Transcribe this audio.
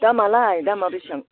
दामआलाय दामआ बेसां